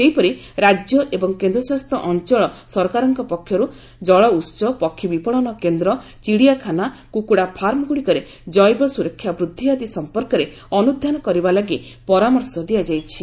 ସେହିପରି ରାଜ୍ୟ ଏବଂ କେନ୍ଦ୍ରଶାସିତ ଅଞ୍ଚଳ ସରକାରଙ୍କ ପକ୍ଷରୁ କଳଉହ ପକ୍ଷୀ ବିପଶନ କେନ୍ଦ୍ର ଚିଡ଼ିଆଖାନା କୁକୁଡ଼ା ଫାର୍ମଗୁଡ଼ିକରେ କେବ ସୁରକ୍ଷା ବୃଦ୍ଧି ଆଦି ସମ୍ପର୍କରେ ଅନୁଧ୍ୟାନ କରିବା ଲାଗି ପରାମର୍ଶ ଦିଆଯାଇଛି